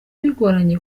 bigoranye